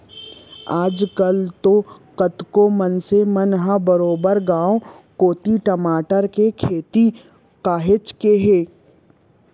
आज कल तो कतको मनसे मन ह बरोबर गांव कोती टमाटर के खेती काहेच के